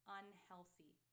unhealthy